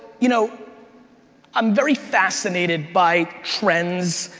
you know i'm very fascinated by trends,